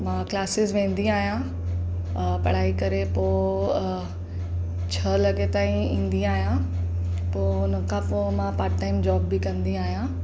मां क्लासिस वेंदी आहियां पढ़ाई करे पोइ छह लॻे ताईं ईंदी आहियां पोइ हुन खां पोइ मां पार्ट टाइम जॉब बि कंदी आहियां